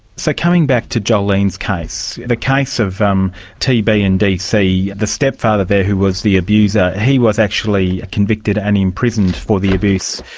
so coming back to jolene's case, the case of um tb and dc, the stepfather there who was the abuser, he was actually convicted and imprisoned for the abuse.